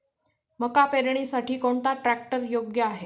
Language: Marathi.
मका पेरणीसाठी कोणता ट्रॅक्टर योग्य आहे?